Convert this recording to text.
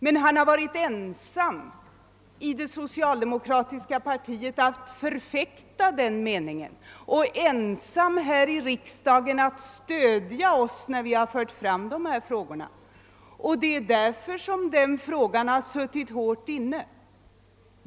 Men han har varit ensam inom det socialdemokratiska partiet om att förfäkta den meningen, och han har varit ensam om att här i riksdagen stödja oss när vi har fört fram denna fråga. Därför har också en lösning av den suttit hårt inne.